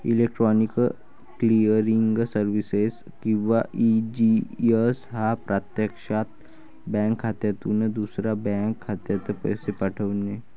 electronic clearing services किंवा ECS हा प्रत्यक्षात बँक खात्यातून दुसऱ्या बँक खात्यात पैसे पाठवणे